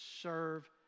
serve